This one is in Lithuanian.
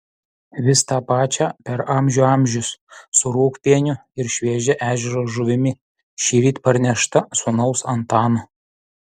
vis tą pačią per amžių amžius su rūgpieniu ir šviežia ežero žuvimi šįryt parnešta sūnaus antano